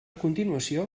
continuació